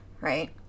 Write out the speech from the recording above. right